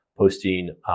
Posting